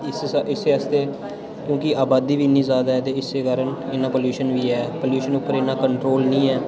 अस इस्सै आस्तै क्योंकि आबादी बी इ'न्नी जादा ऐ ते इस्सै कारण इ'न्ना पॉल्यूशन बी ऐ पॉल्यूशन उप्पर इ'न्ना कंट्रोल निं ऐ